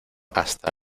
hasta